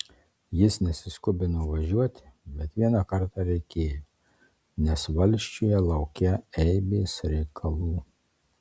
jis nesiskubino važiuoti bet vieną kartą reikėjo nes valsčiuje laukią eibės reikalų